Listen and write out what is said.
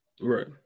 Right